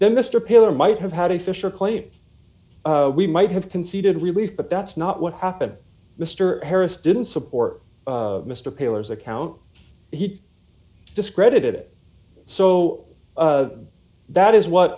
then mr pillar might have had a social claim we might have conceded relief but that's not what happened mr harris didn't support mr pillers account he discredited it so that is what